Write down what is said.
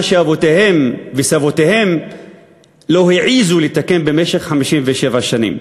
שאבותיהם וסביהם לא העזו לתקן במשך 57 שנים.